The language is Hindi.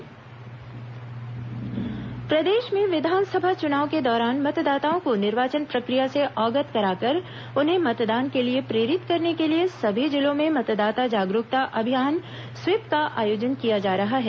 मतदाता जागरूकता अभियान प्रदेश में विधानसभा चुनाव के दौरान मतदाताओं को निर्वाचन प्रक्रिया से अवगत कराकर उन्हें मतदान के लिए प्रेरित करने के लिए सभी जिलों में मतदाता जागरूकता अभियान स्वीप का आयोजन किया जा रहा है